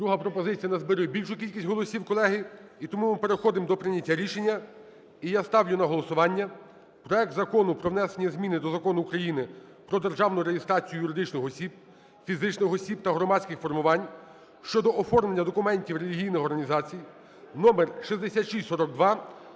Друга пропозиція назбирує більшу кількість голосів, колеги, і тому ми переходимо до прийняття рішення. І я ставлю на голосування проект Закону про внесення зміни до Закону України "Про державну реєстрацію юридичних осіб, фізичних осіб та громадських формувань" (щодо оформлення документів релігійних організацій) (№ 6642),